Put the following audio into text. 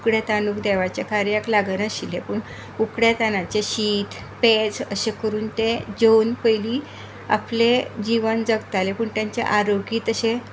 उकडे तादूंळ देवाच्या कार्याक लागनाशिल्ले पूण उकडे तांदळाचे शित पेज अशें करून ते जेवन पयलीं आपलें जीवन जगताले पूण तांचे आरोग्य तशें